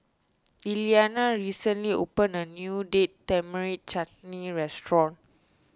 Elliana recently opened a new Date Tamarind Chutney restaurant